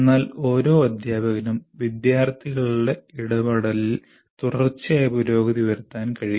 എന്നാൽ ഓരോ അധ്യാപകനും വിദ്യാർത്ഥികളുടെ ഇടപെടലിൽ തുടർച്ചയായ പുരോഗതി വരുത്താൻ കഴിയും